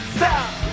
Stop